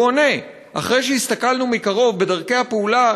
והוא עונה: "לאחר שהסתכלנו מקרוב בדרכי הפעולה